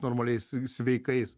normaliais sveikais